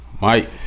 Mike